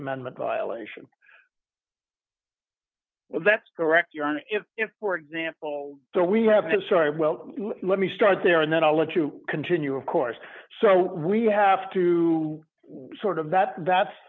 amendment violation well that's correct your honor if if for example so we have his story well let me start there and then i'll let you continue of course so we have to sort of that that's